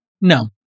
no